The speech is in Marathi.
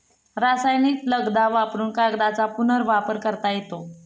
रासायनिक लगदा वापरुन कागदाचा पुनर्वापर करता येतो